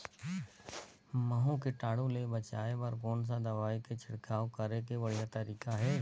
महू कीटाणु ले बचाय बर कोन सा दवाई के छिड़काव करे के बढ़िया तरीका हे?